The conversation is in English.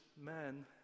man